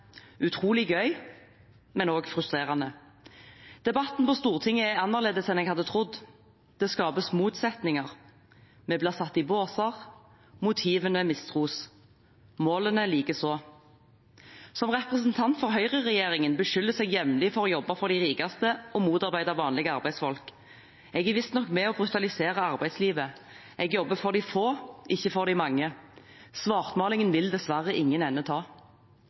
utrolig gøy, men også frustrerende. Debatten på Stortinget er annerledes enn jeg hadde trodd. Det skapes motsetninger. Vi blir satt i båser. Motivene mistros – målene likeså. Som representant for Høyre-regjeringen beskyldes jeg jevnlig for å jobbe for de rikeste og motarbeide vanlige arbeidsfolk. Jeg er visstnok med og brutaliserer arbeidslivet. Jeg jobber for de få, ikke for de mange. Svartmalingen vil dessverre ingen ende ta.